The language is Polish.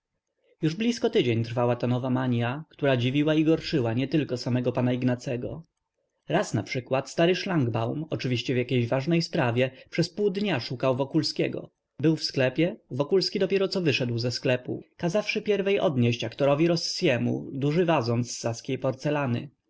już blisko tydzień trwała ta nowa mania która dziwiła i gorszyła nie samego tylko p ignacego raz naprzykład stary szlangbaum oczywiście w jakiejś ważnej sprawie przez pół dnia szukał wokulskiego był w sklepie wokulski dopiero co wyszedł ze sklepu kazawszy pierwej odnieść aktorowi rossiemu duży wazon z saskiej porcelany